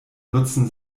nutzen